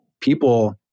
people